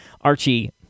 archie